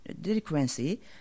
delinquency